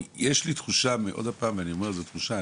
כי יש לי תחושה, אני עוד פעם אומר, זו תחושה.